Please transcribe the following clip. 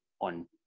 on